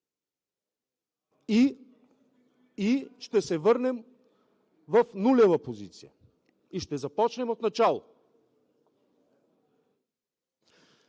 ще се върнем в нулева позиция и ще започнем отначало.